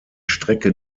strecke